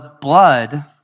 blood